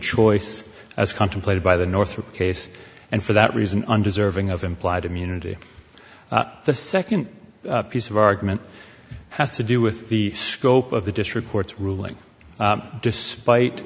choice as contemplated by the northrop case and for that reason undeserving of implied immunity the second piece of argument has to do with the scope of the district court's ruling despite